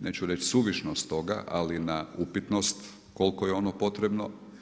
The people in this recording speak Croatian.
neću reći suvišnost toga ali na upitnost koliko je ono potrebno.